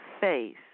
face